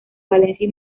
valencia